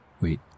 Wait